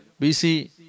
BC